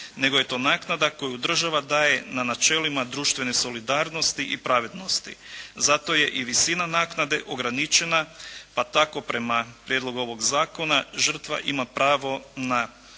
nego je to naknada koju država daje na načelima društvene solidarnosti i pravednosti. Zato je i visina naknade ograničena pa tako prema prijedlogu ovog zakona žrtva ima pravo na